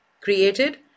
created